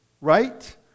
right